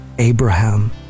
Abraham